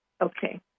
Okay